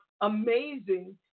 amazing